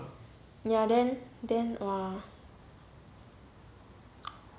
ya then then !wah!